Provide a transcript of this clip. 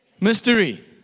mystery